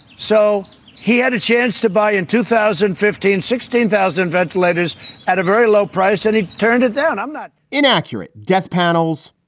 so he had a chance to buy and two thousand fifteen sixteen thousand ventilators at a very low price. and he turned it down i'm not in accurate death panels.